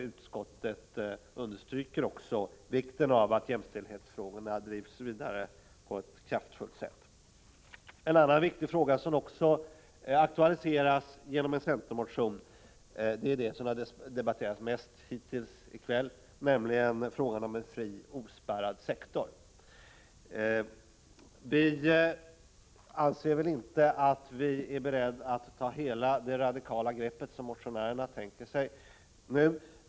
Utskottet understryker också vikten av att jämställdhetsfrågorna drivs vidare på ett kraftfullt sätt. En annan viktig fråga som också har aktualiserats genom en centermotion är den som har debatterats mest hittills i kväll, nämligen frågan om en fri, ospärrad sektor. Utskottet anser sig inte vara berett att ta hela det radikala grepp som motionärerna tänker sig.